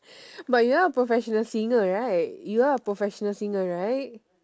but you are a professional singer right you are a professional singer right